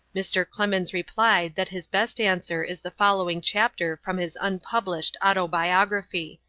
mr. clemens replied that his best answer is the following chapter from his unpublished autobiography